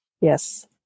Yes